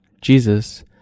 Jesus